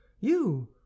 you